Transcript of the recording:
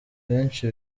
benshi